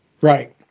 Right